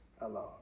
alone